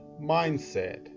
mindset